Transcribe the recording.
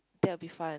that'll be fun